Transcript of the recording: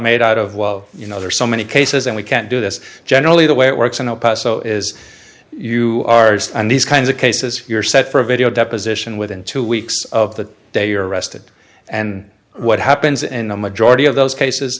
made out of well you know there are so many cases and we can't do this generally the way it works in a paso is you ours and these kinds of cases if you're set for a video deposition within two weeks of that they are arrested and what happens in the majority of those cases